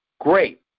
great